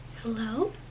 Hello